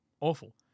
Awful